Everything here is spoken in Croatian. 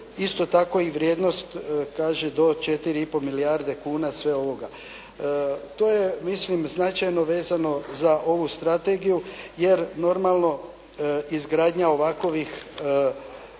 Isto tako i vrijednost kaže do 4 i po milijarde kuna sve ovoga. To je mislim značajno vezano za ovu strategiju jer normalno izgradnja ovakovih,